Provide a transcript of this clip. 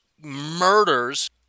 murders